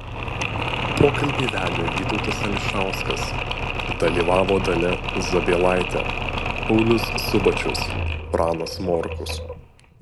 pokalbį vedė vytautas ališauskas dalyvavo dalia zabielaitė paulius subačius pranas morkus